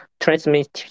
transmission